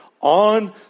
On